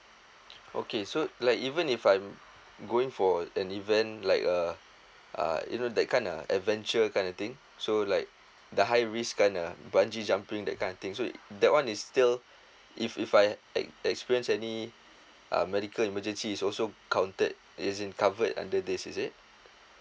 okay so like even if I'm going for an event like a uh you know that kind uh adventure kind of thing so like the high risk kinda bungee jumping that kind thing so it that one is still if if I ex~ experience any uh medical emergency is also counted as in covered under this is it